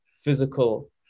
physical